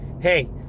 hey